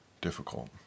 difficult